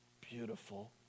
beautiful